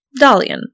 Dalian